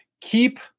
keep